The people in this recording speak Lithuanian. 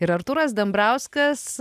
ir artūras dambrauskas